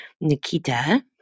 Nikita